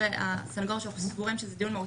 נאשמים שאינם מיוצגים, לא נכנסים בשערי ההסדר.